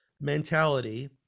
mentality